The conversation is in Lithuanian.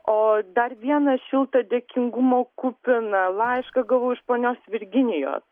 o dar vieną šiltą dėkingumo kupiną laišką gavau iš ponios virginijos